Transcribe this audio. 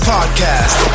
Podcast